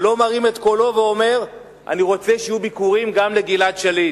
לא מרים את קולו ואומר: אני רוצה שיהיו ביקורים גם לגלעד שליט?